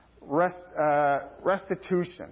restitution